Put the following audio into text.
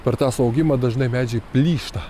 per tą suaugimą dažnai medžiai plyšta